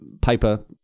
paper